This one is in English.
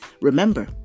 Remember